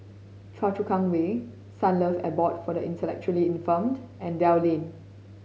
Choa Chu Kang Way Sunlove Abode for the Intellectually Infirmed and Dell Lane